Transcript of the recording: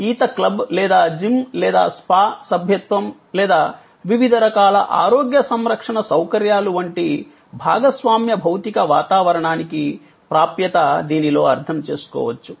ఈత క్లబ్ లేదా జిమ్ లేదా స్పా సభ్యత్వం లేదా వివిధ రకాల ఆరోగ్య సంరక్షణ సౌకర్యాలు వంటి భాగస్వామ్య భౌతిక వాతావరణానికి ప్రాప్యత దీనిలో అర్థం చేసుకోవచ్చు